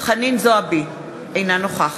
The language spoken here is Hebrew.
אינו נוכח